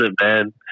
man